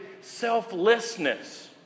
selflessness